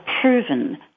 proven